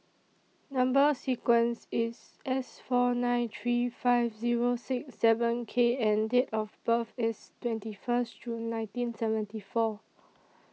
Number sequence IS S four nine three five Zero six seven K and Date of birth IS twenty First June nineteen seventy four